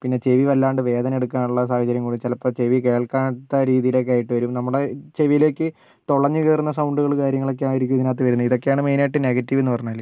പിന്നെ ചെവി വല്ലാണ്ട് വേദന എടുക്കാനുള്ള സാഹചര്യം കൂടെ ചിലപ്പോൾ ചെവി കേൾക്കാത്ത രീതിയിലൊക്കെ ആയിട്ട് വരും നമ്മുടെ ചെവിലേക്ക് തൊളഞ്ഞു കയറുന്ന സൗണ്ടുകൾ കാര്യങ്ങളൊക്കെയായിരിക്കും ഇതിനകത്ത് വരുന്നത് ഇതൊക്കെയാണ് മെയിൻ ആയിട്ട് നെഗറ്റിവെന്ന് പറഞ്ഞാൽ